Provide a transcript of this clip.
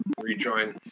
rejoin